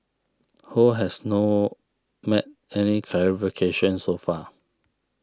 Ho has no made any clarifications so far